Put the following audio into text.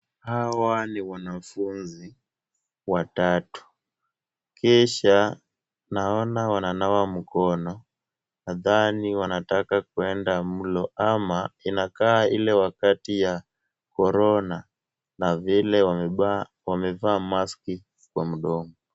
Hawa ni wanafunzi watatu kisha naona wananawa mikono nadhani wanataka kwenda mlo ama inakaa kama ile wakati ya korona na vile wamevaa maski kwa mdomo.